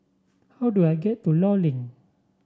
how do I get to Law Link